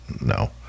No